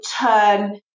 turn